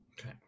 Okay